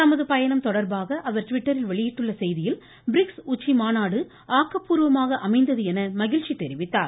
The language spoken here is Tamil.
தமது பயணம் தொடர்பாக அவர் ட்விட்டரில் வெளியிட்டுள்ள செய்தியில் பிரிக்ஸ் உச்சிமாநாடு ஆக்கபூர்வமான அமைந்தது என மகிழ்ச்சி தெரிவித்தார்